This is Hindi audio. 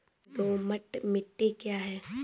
दोमट मिट्टी क्या है?